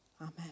Amen